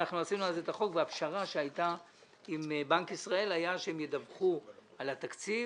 עשינו אז את החוק והפשרה עם בנק ישראל הייתה שהם ידווחו על התקציב